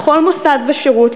לכל מוסד ושירות,